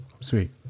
sweet